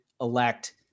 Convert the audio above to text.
elect